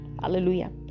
Hallelujah